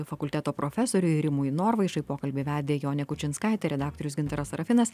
fakulteto profesoriui rimui norvaišai pokalbį vedė jonė kučinskaitė redaktorius gintaras sarafinas